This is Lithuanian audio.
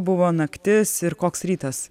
buvo naktis ir koks rytas